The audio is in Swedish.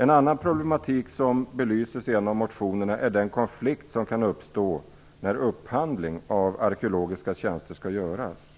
En annan problematik som belyses i en av motionerna är den konflikt som kan uppstå när upphandling av arkeologiska tjänster skall göras.